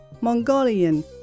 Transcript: Mongolian